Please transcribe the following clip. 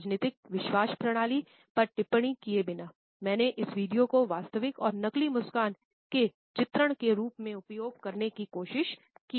राजनीतिक विश्वास प्रणाली पर टिप्पणी किए बिना मैंने इस वीडियो को वास्तविक और नकली मुस्कान के चित्रण के रूप में उपयोग करने की कोशिश की है